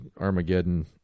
Armageddon